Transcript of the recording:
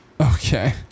Okay